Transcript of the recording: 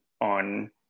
on